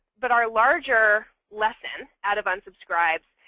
but our larger lesson out of unsubscribe,